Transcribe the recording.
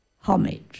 Homage